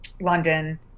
London